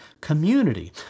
community